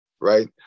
right